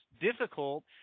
difficult